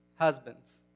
Husbands